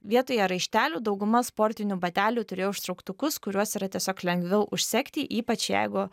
vietoje raištelių dauguma sportinių batelių turėjo užtrauktukus kuriuos yra tiesiog lengviau užsegti ypač jeigu